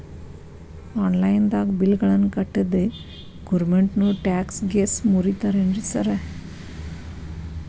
Online ದಾಗ bill ಗಳನ್ನಾ ಕಟ್ಟದ್ರೆ ಗೋರ್ಮೆಂಟಿನೋರ್ ಟ್ಯಾಕ್ಸ್ ಗೇಸ್ ಮುರೇತಾರೆನ್ರಿ ಸಾರ್?